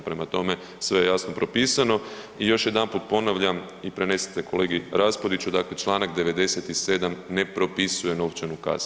Prema tome, sve je jasno propisano i još jedanput ponavljam i prenesite kolegi Raspudiću, dakle Članak 97. ne propisuje novčanu kaznu.